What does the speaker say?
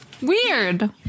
weird